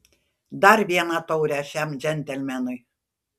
dar vieną taurę šiam džentelmenui